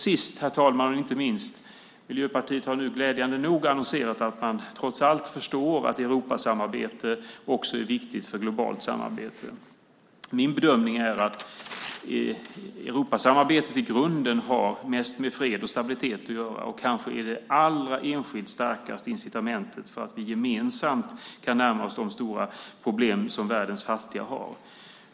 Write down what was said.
Sist, herr talman, men inte minst har Miljöpartiet nu glädjande nog annonserat att de trots allt förstår att Europasamarbete är viktigt för globalt samarbete. Min bedömning är att Europasamarbetet i grunden mest har med fred och stabilitet att göra. Kanske är detta det enskilt allra starkaste incitamentet för att vi gemensamt ska kunna närma oss de stora problem som världens fattiga har.